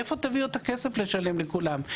מאיפה תביאו את הכסף לשלם לכולם,